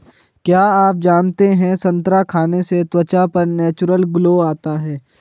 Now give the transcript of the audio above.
क्या आप जानते है संतरा खाने से त्वचा पर नेचुरल ग्लो आता है?